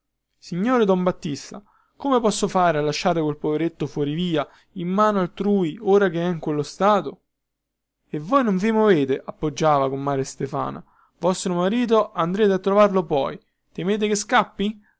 signore don battista come posso fare a lasciare quel poveretto fuorivia in mano altrui ora chè in quello stato e voi non vi movete appoggiava comare stefana vostro marito andrete a trovarlo poi temete che scappi